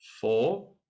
Four